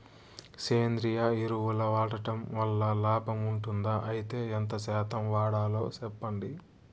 సేంద్రియ ఎరువులు వాడడం వల్ల లాభం ఉంటుందా? అయితే ఎంత శాతం వాడాలో చెప్పండి?